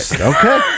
okay